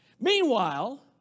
Meanwhile